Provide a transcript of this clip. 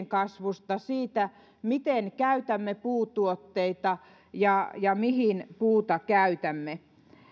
kasvusta siitä miten käytämme puutuotteita ja ja mihin puuta käytämme